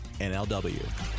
NLW